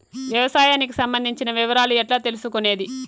వ్యవసాయానికి సంబంధించిన వివరాలు ఎట్లా తెలుసుకొనేది?